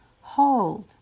hold